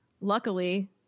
Luckily